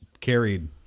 carried